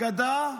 הגדה,